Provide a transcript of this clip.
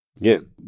Again